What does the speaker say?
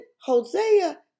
hosea